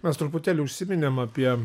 mes truputėlį užsiminėm apie